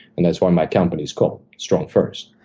and that's why my company's called strongfirst.